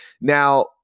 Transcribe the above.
Now